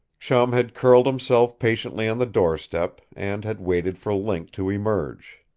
chum had curled himself patiently on the doorstep and had waited for link to emerge.